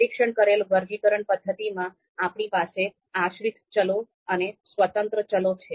નિરીક્ષણ કરેલ વર્ગીકરણ પદ્ધતિમાં આપણી પાસે આશ્રિત ચલો અને સ્વતંત્ર ચલો છે